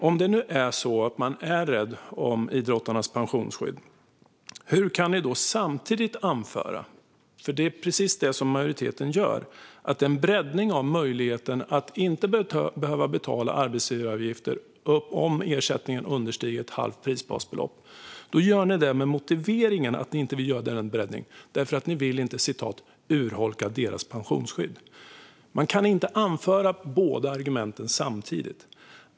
Om ni nu är rädda om idrottarnas pensionsskydd - hur kan ni då samtidigt anföra, för det är precis det som majoriteten gör, att ni inte vill ha en breddning av möjligheten att inte behöva betala arbetsgivaravgifter om ersättningen understiger ett halvt prisbasbelopp? Ni gör det med motiveringen att ni inte vill göra denna breddning för att ni inte vill "urholka deras pensionsskydd". Man kan inte anföra båda argumenten samtidigt.